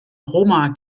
roma